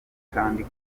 kandi